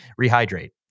rehydrate